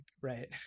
right